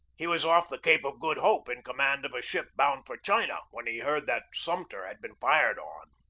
he was off the cape of good hope in command of a ship bound for china when he heard that sumter had been fired on.